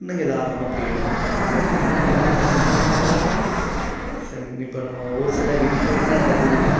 நீங்கள் தாராளமாக போய் எடுத்துக்கலாம் பட் இந்த ஃபேக்டர்ஸை நம்ம கன்சிடர் பண்ணனும் இப்போ நம்ம ஒரு சில இப்போ என்ன நடக்குதுன்னால்